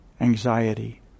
anxiety